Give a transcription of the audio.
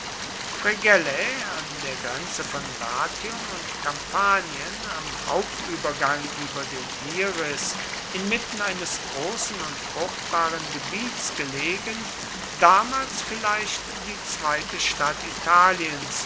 an der grenze von latium und kampanien am hauptübergang über den liris inmitten eines großen und fruchtbaren gebiets gelegen damals vielleicht die zweite stadt italiens